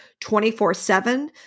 24-7